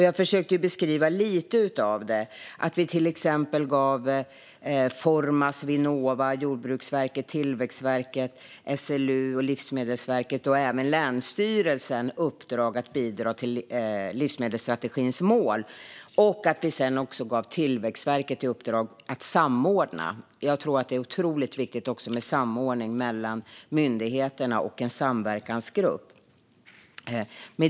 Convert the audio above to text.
Jag försökte beskriva lite av detta, till exempel att vi gav Formas, Vinnova, Jordbruksverket, Tillväxtverket, SLU, Livsmedelsverket och även länsstyrelserna i uppdrag att bidra till livsmedelsstrategins mål och att vi sedan också gav Tillväxtverket i uppdrag att samordna detta. Jag tror att det är otroligt viktigt också med samordning mellan myndigheterna och en samverkansgrupp.